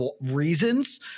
reasons